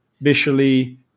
visually